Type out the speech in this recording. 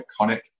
iconic